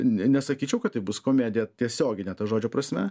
ne nesakyčiau kad tai bus komedija tiesiogine to žodžio prasme